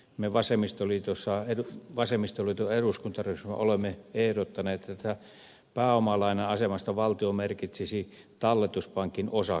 me vasemmistoliiton eduskuntaryhmä olemme ehdottaneet että pääomalainan asemesta valtio merkitsisi talletuspankin osakkeita